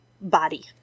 body